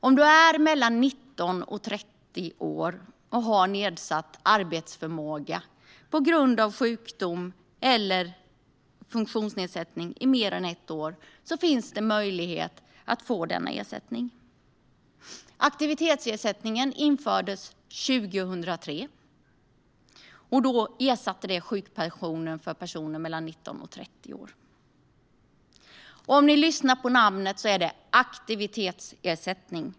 Om man är mellan 19 och 30 år och har nedsatt arbetsförmåga på grund av sjukdom eller funktionsnedsättning i mer än ett år finns möjligheten att få denna ersättning. Aktivitetsersättningen infördes 2003 och ersatte då sjukpension för personer mellan 19 och 30 år. Lyssna på namnet - aktivitetsersättning!